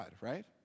right